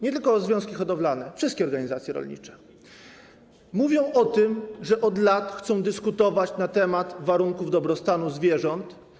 Nie tylko związki hodowlane, wszystkie organizacje rolnicze mówią o tym, że od lat chcą dyskutować na temat warunków dobrostanu zwierząt.